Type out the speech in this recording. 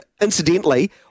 incidentally